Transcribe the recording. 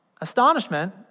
astonishment